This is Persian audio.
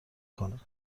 کنم